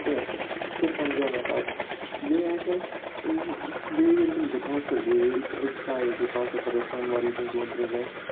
کینٛہہ سُہ سَمجو مےٚ پَتہٕ بیٚیہِ اَکہِ لَٹہِ بیٚیہِ ییٚلہِ تِم دُکانَس پٮ۪ٹھ گٔیے أسۍ ژایے دُکانَس پٮ۪ٹھ تَپٲرۍ سۄنمَرگ کنۍ دۄن تریٮ۪ن جایَن